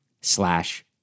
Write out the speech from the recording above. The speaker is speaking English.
slash